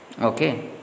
okay